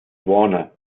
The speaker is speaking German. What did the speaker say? warner